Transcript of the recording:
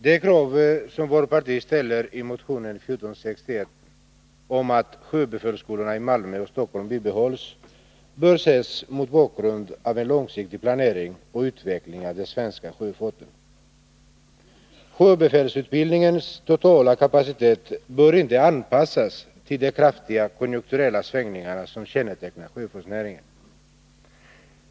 Herr talman! Det krav på att sjöbefälsskolorna i Malmö och Stockholm | skall bibehållas som vårt parti ställer i motion 1461 bör ses mot bakgrund av en långsiktig planering och utveckling av den svenska sjöfarten. Sjöbefäls | utbildningens totala kapacitet bör inte anpassas till de kraftiga konjunkturella svängningar som kännetecknar sjöfartsnäringen.